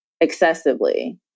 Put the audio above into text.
Excessively